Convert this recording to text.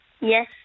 Yes